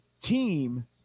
team